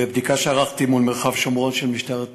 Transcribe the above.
1 3. בבדיקה שערכתי מול מרחב שומרון של משטרת ישראל,